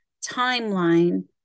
timeline